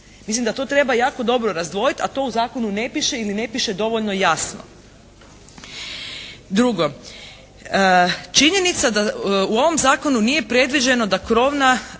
Mislim da to treba jako dobro razdvojiti a to u zakonu ne piše ili ne piše dovoljno jasno. Drugo. Činjenica da u ovom zakonu nije predviđeno da krovna